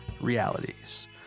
realities